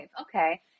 Okay